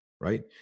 right